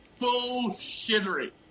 bullshittery